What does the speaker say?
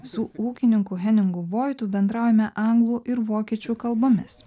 su ūkininku heningu voitu bendraujame anglų ir vokiečių kalbomis